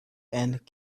and